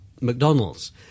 McDonald's